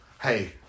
Hey